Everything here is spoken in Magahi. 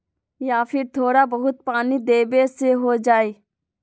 या फिर थोड़ा बहुत पानी देबे से हो जाइ?